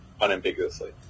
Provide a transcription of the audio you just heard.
unambiguously